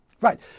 Right